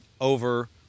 Over